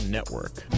Network